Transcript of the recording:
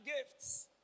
gifts